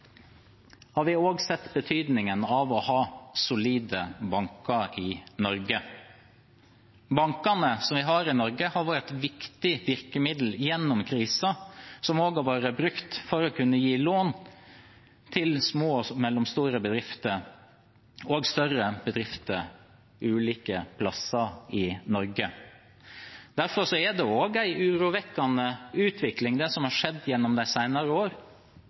Vi har også sett betydningen av å ha solide banker i Norge. Bankene vi har i Norge, har vært et viktig virkemiddel gjennom krisen. De har også blitt brukt til å kunne gi lån til små og mellomstore bedrifter – og større bedrifter – ulike plasser i Norge. Derfor er det også en urovekkende utvikling, det som har skjedd gjennom de senere år,